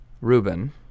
Ruben